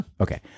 okay